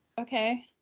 okay